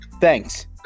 Thanks